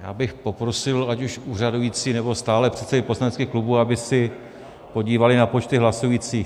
Já bych poprosil, ať už úřadující, nebo stálé předsedy poslaneckých klubů, aby se podívali na počty hlasujících.